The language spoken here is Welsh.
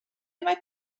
mae